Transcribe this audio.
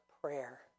prayer